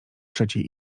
trzeciej